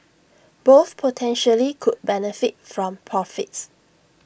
both potentially could benefit from profits